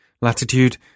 latitude